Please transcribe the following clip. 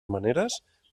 maneres